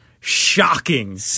shocking